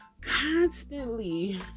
constantly